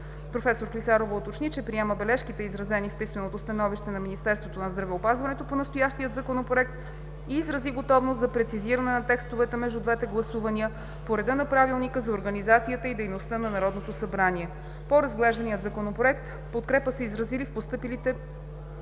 Професор Клисарова уточни, че приема бележките в писменото становище на Министерството на здравеопазването по настоящия Законопроект, и изрази готовност за прецизиране на текстовете между двете гласувания по реда на Правилника за организацията и дейността на Народното събрание. По разглеждания Законопроект подкрепа са изразили в постъпили